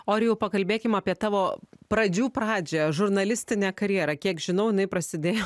orijau pakalbėkim apie tavo pradžių pradžią žurnalistinę karjerą kiek žinau jinai prasidėjo